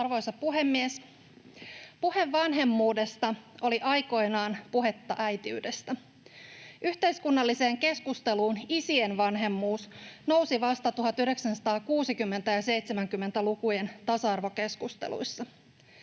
Arvoisa puhemies! Puhe vanhemmuudesta oli aikoinaan puhetta äitiydestä. Yhteiskunnalliseen keskusteluun isien vanhemmuus nousi vasta 1960‑ ja 70-lukujen tasa-arvokeskusteluissa.